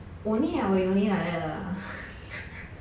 only only like that lah